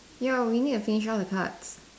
ya we need to finish all the cards